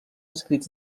escrits